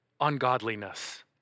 ungodliness